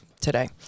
today